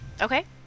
Okay